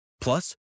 Plus